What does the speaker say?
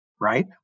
right